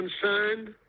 concerned